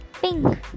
Pink